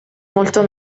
molto